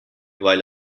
while